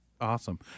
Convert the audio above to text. awesome